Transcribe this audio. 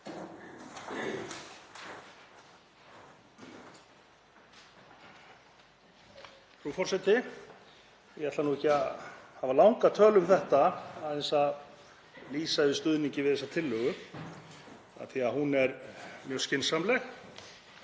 Frú forseti. Ég ætla ekki að hafa langa tölu um þetta, aðeins að lýsa yfir stuðningi við þessa tillögu af því að hún er mjög skynsamleg